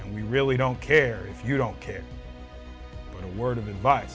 and we really don't care if you don't care a word of advice